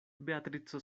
beatrico